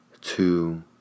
Two